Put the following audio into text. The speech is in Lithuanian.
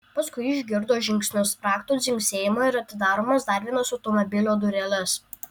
paskui išgirdo žingsnius raktų dzingsėjimą ir atidaromas dar vienas automobilio dureles